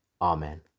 Amen